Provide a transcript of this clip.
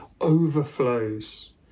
overflows